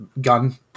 gun